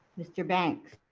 mr. banks?